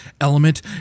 element